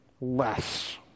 less